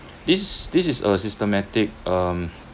this this is a systematic um